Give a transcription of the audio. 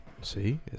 See